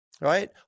right